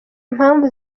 mpamvu